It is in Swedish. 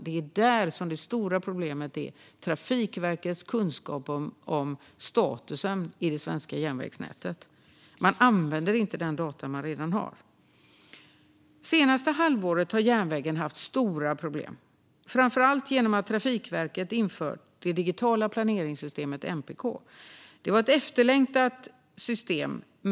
Det är där som det stora problemet finns - Trafikverkets kunskap om statusen i det svenska järnvägsnätet. Man använder inte de data som man redan har. Det senaste halvåret har järnvägen haft stora problem, framför allt genom att Trafikverket har infört det digitala planeringssystemet MPK. Det var ett efterlängtat system.